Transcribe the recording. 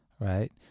right